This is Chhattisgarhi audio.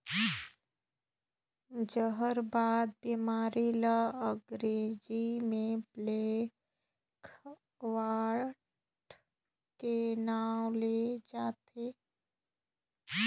जहरबाद बेमारी ल अंगरेजी में ब्लैक क्वार्टर के नांव ले जानथे